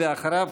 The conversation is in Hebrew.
ואחריו,